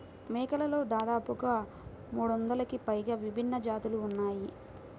మేకలలో దాదాపుగా మూడొందలకి పైగా విభిన్న జాతులు ఉన్నాయి